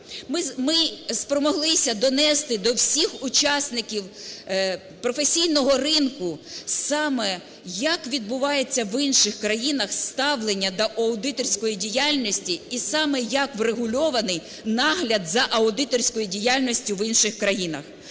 Ми спромоглися донести до всіх учасників професійного ринку саме як відбувається в інших країнах ставлення до аудиторської діяльності і саме як врегульований нагляд за аудиторською діяльністю в інших країнах.